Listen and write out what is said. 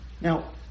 Now